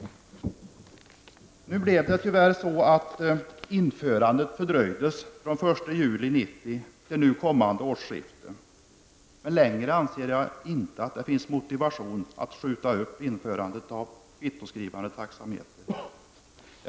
Nu blev det tyvärr så att införandet fördröjdes från den 1 juli 1990 till kommande årsskifte. Längre anser jag inte att det finns motiv att skjuta upp införandet av kvittoskrivande taxameter.